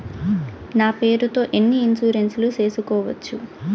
నా పేరుతో ఎన్ని ఇన్సూరెన్సులు సేసుకోవచ్చు?